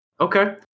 Okay